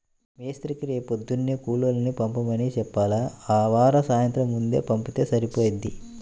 మేస్త్రీకి రేపొద్దున్నే కూలోళ్ళని పంపమని చెప్పాల, ఆవార సాయంత్రం ముందే పంపిత్తే సరిపోయిద్ది